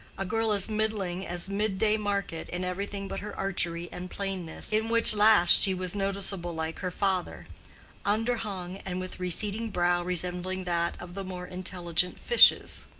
a girl as middling as mid-day market in everything but her archery and plainness, in which last she was noticeable like her father underhung and with receding brow resembling that of the more intelligent fishes.